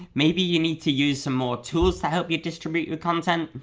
maybe you need to use some more tools to help you distribute your content.